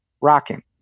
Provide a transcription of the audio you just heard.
rocking